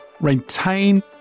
retain